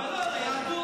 אבל לא ליהדות,